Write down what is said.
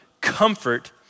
comfort